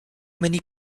many